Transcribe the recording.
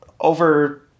over